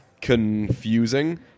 confusing